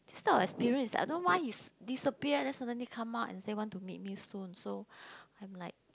this type of experience is like I don't know why he disappeared then suddenly come out and say want to meet me soon so I'm like